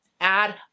Add